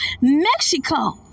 Mexico